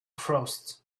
frost